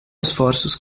esforços